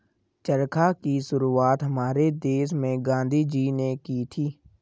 चरखा की शुरुआत हमारे देश में गांधी जी ने की थी